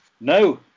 No